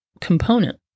component